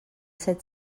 set